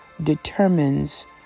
determines